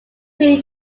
two